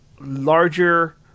larger